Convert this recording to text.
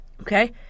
Okay